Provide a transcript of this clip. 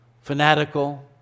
fanatical